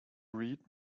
read